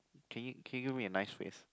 can you can you give me a nice face